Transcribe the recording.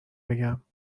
بگم